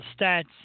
stats